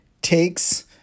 takes